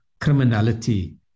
criminality